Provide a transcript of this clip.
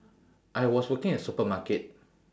I was working at supermarket